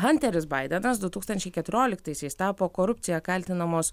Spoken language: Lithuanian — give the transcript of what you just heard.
hanteris baidenas du tūkstančiai keturioliktaisiais tapo korupcija kaltinamos